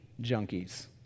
junkies